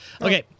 Okay